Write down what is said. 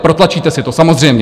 Protlačíte si to, samozřejmě.